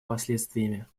последствиями